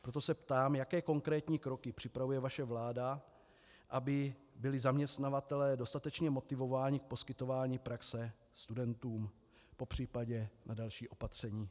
Proto se ptám, jaké konkrétní kroky připravuje vaše vláda, aby byli zaměstnavatelé dostatečně motivováni k poskytování praxe studentům, popř. na další opatření.